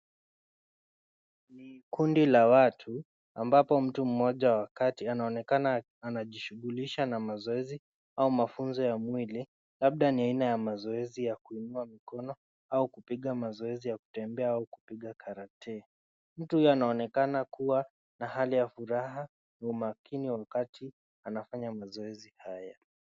Ni kundi la watu ambapo mtu mmoja wa kati anaonekana anajishughulisha na mazoezi au mafunzo ya mwili labda ni aina ya mazoezi ya kuinua mikono au kupiga mazoezi ya kutembea au kupiga karate. Mtu huyu anaonekana kuwa na hali ya furaha na umakini wakati anafanya mazoezi haya.